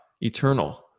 eternal